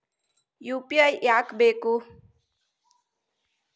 UPI ಯಾಕ್ ಬೇಕು?